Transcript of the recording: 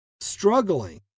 struggling